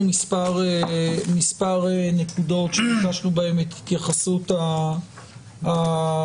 מספר נקודות שביקשנו בהן את התייחסותה הממשלה.